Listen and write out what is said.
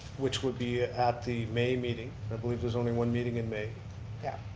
which would be at the may meeting, i believe there's only one meeting in may yep,